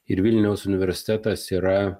ir vilniaus universitetas yra